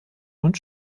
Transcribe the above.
und